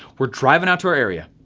we're driving out to our area.